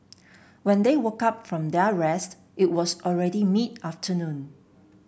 when they woke up from their rest it was already mid afternoon